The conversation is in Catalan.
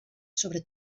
sobre